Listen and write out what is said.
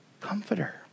comforter